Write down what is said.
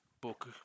book